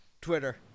Twitter